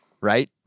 Right